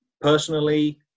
personally